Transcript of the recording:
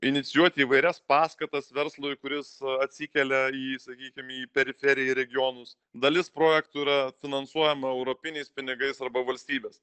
inicijuoti įvairias paskatas verslui kuris atsikelia į sakykim į periferiją į regionus dalis projektų yra finansuojama europiniais pinigais arba valstybės